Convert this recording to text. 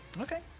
Okay